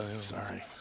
Sorry